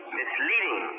misleading